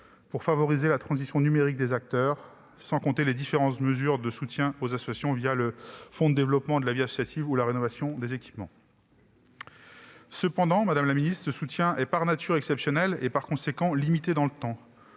pour favoriser la transition numérique des acteurs, sans compter les diverses mesures de soutien aux associations le Fonds pour le développement de la vie associative ou la rénovation des équipements. Cependant, ce soutien est par nature exceptionnel et limité dans le temps.